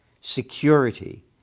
security